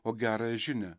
o gerąją žinią